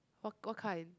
what what kind